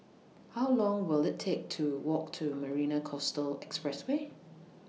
How Long Will IT Take to Walk to Marina Coastal Expressway